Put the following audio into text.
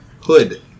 hood